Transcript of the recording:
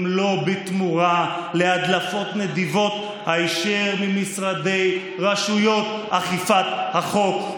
אם לא בתמורה להדלפות נדיבות היישר ממשרדי רשויות אכיפת החוק?